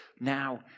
Now